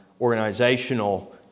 organizational